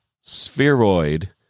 spheroid